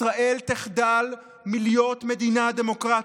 ישראל תחדל להיות מדינה דמוקרטית.